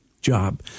job